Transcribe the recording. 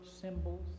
symbols